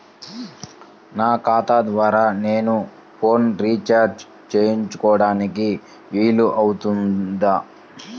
నా ఖాతా ద్వారా నేను ఫోన్ రీఛార్జ్ చేసుకోవడానికి వీలు అవుతుందా?